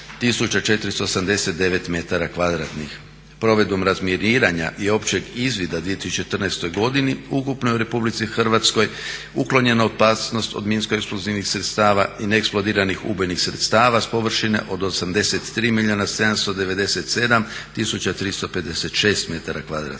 Provedbom razminiranja i općeg izvida u 2014.godini ukupno je u RH uklonjena opasnost od minsko eksplozivnih sredstava i neeksplodiranih ubojnih sredstava s površine od 83